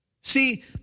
See